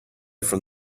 from